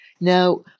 Now